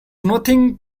nothing